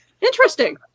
Interesting